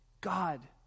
God